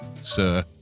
Sir